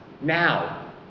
Now